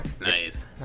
Nice